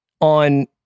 on